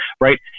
right